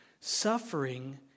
Suffering